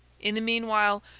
in the meanwhile,